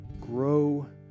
Grow